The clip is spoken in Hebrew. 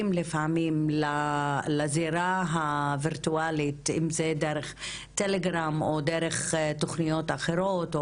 לפעמים לזירה הווירטואלית אם זה דרך טלגרם או דרך תוכניות אחרות,